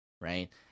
right